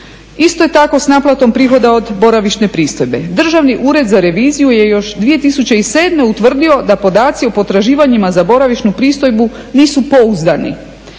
Isto je tako s naplatom prihoda od boravišne pristojbe. Državni ured za reviziju je još 2007. utvrdio da podaci o potraživanja za boravišnu pristojbu nisu pouzdani